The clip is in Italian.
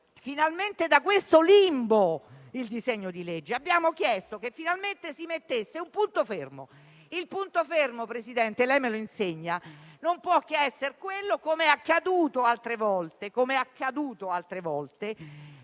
finalmente da questo limbo il disegno di legge, che finalmente si mettesse un punto fermo e questo - Presidente, lei me lo insegna - non può che essere, come accaduto altre volte,